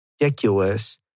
ridiculous